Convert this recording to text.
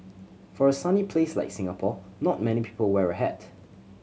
for a sunny place like Singapore not many people wear a hat